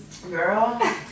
Girl